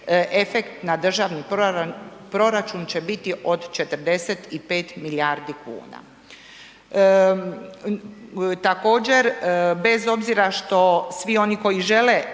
efekt na državni proračun će biti od 45 milijardi kuna. Također, bez obzira što svi oni koji žele